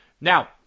Now